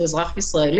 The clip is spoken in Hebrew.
שהוא אזרח ישראל.